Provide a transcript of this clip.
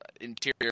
interior